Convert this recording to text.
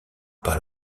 par